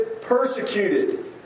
persecuted